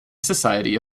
society